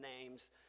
name's